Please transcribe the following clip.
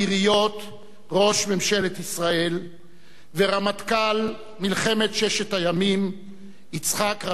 ראש ממשלת ישראל ורמטכ"ל מלחמת ששת הימים יצחק רבין,